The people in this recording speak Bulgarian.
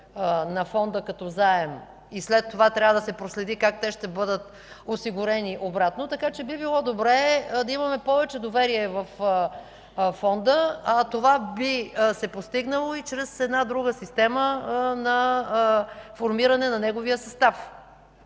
на Фонда като заем и след това трябва да се проследи как ще бъдат осигурени обратно, така че би било добре да имаме повече доверие във Фонда, а това би се постигнало и чрез една друга система на формиране на неговия състав.